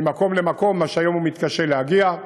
ממקום למקום, מה שהיום הוא מתקשה לעשות.